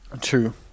True